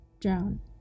drown